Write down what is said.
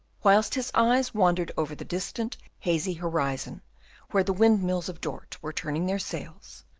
whilst his eyes wandered over the distant hazy horizon where the windmills of dort were turning their sails,